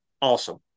awesome